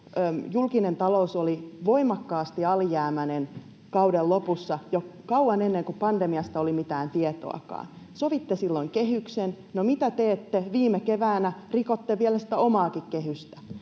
Julkinen talous oli voimakkaasti alijäämäinen kauden lopussa jo kauan ennen kuin pandemiasta oli mitään tietoakaan. Sovitte silloin kehyksen. No mitä teette? Viime keväänä rikoitte vielä sitä omaa kehystännekin,